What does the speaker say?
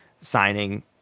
signing